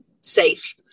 safe